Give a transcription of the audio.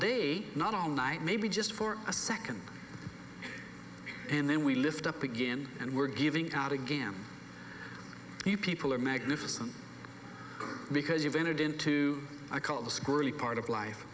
day not all night maybe just for a second and then we lift up begin and we're giving out again the people are magnificent because you've entered into i call the part of life